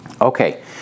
Okay